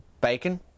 bacon